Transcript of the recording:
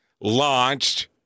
launched